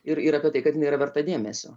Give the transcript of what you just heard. ir ir apie tai kad nėra verta dėmesio